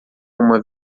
uma